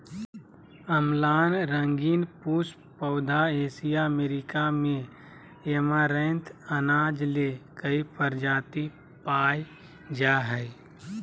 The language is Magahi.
अम्लान रंगीन पुष्प पौधा एशिया अमेरिका में ऐमारैंथ अनाज ले कई प्रजाति पाय जा हइ